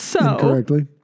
incorrectly